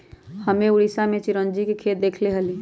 हम्मे उड़ीसा में चिरौंजी के खेत देखले हली